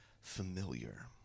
familiar